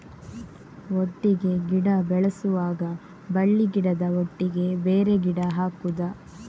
ಒಟ್ಟಿಗೆ ಗಿಡ ಬೆಳೆಸುವಾಗ ಬಳ್ಳಿ ಗಿಡದ ಒಟ್ಟಿಗೆ ಬೇರೆ ಗಿಡ ಹಾಕುದ?